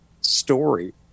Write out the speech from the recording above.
story